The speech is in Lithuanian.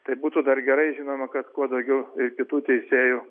tai būtų dar gerai žinoma kad kuo daugiau kitų teisėjų